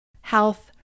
health